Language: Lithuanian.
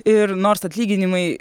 ir nors atlyginimai